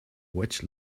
witch